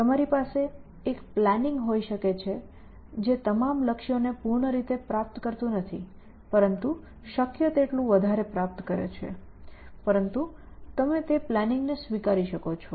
તમારી પાસે એક પ્લાનિંગ હોઈ શકે છે જે તમામ લક્ષ્યોને પૂર્ણ રીતે પ્રાપ્ત કરતી નથી પરંતુ શક્ય તેટલું વધારે પ્રાપ્ત કરે છે પરંતુ તમે તે પ્લાનિંગને સ્વીકારી શકો છો